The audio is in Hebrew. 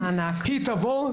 היא תבוא,